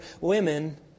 women